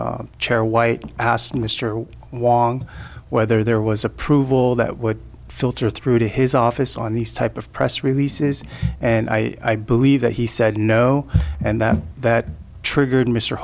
as chair white asked mr wong whether there was approval that would filter through to his office on these type of press releases and i believe that he said no and that that triggered m